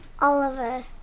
Oliver